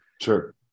sure